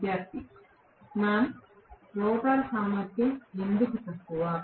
విద్యార్థి మామ్ రోటర్ సామర్థ్యం ఎందుకు తక్కువ